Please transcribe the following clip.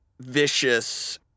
vicious